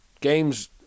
games